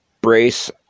brace